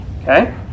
Okay